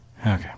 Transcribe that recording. okay